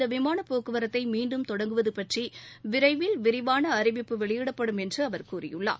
இந்த விமான போக்குவரத்தை மீண்டும் தொடங்குவது பற்றி விரைவில் விரிவான அறிவிப்பு வெளியிடப்படும் என்று அவர் கூறியுள்ளார்